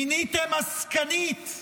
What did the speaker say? מיניתם עסקנית,